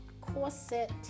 corset